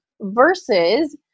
versus